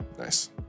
Nice